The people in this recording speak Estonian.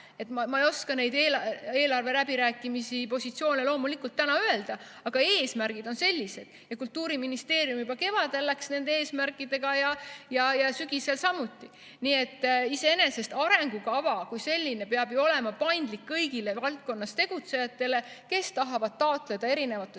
Ma ei oska neid eelarveläbirääkimise positsioone loomulikult täna öelda, aga eesmärgid on sellised. Kultuuriministeerium juba kevadel läks edasi nende eesmärkidega ja sügisel samuti. Nii et iseenesest arengukava kui selline peab olema paindlik kõigile valdkonnas tegutsejatele, kes tahavad taotleda eri